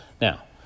Now